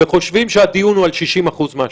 וחושבים שהדיון הוא על 60% מהשטח.